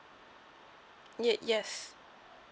ye~ yes